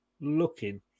looking